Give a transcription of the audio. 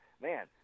man